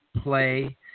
play